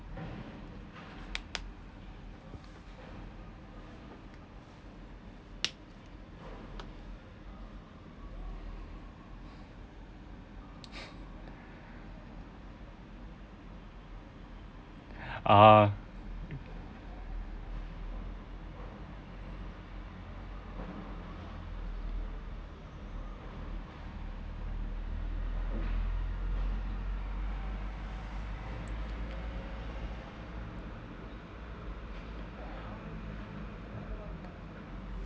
ah